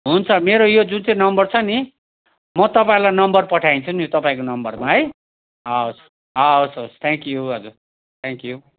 हुन्छ मेरो यो जुन चाहिँ नम्बर छ नि म तपाईँलाई नम्बर पठाइदिन्छु नि तपाईँको नम्बरमा है हवस् हवस् हवस् हवस् थ्याङ्क्यु हजुर थ्याङ्क्यु